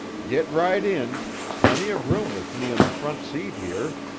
git right in plenty of room with me on the front seat here,